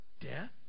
death